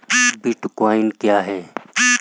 Bitcoin क्या है?